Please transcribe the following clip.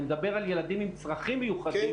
אני מדבר על ילדים עם צרכים מיוחדים,